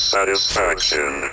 Satisfaction